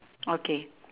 okay